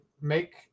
make